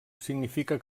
significa